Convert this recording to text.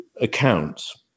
accounts